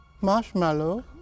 marshmallow